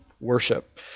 worship